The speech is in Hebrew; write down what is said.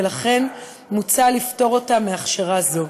ולכן מוצע לפטור אותו מהכשרה זו.